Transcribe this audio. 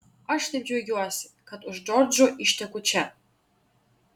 aš taip džiaugiuosi kad už džordžo išteku čia